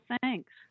thanks